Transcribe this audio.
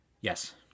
Yes